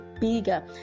bigger